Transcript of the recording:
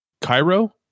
Cairo